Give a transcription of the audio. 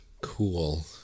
Cool